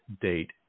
date